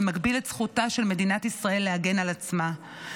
ומגביל את זכותה של מדינת ישראל להגן על עצמה.